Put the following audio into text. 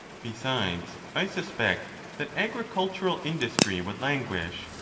besides, i suspect that agricultural industry would languish,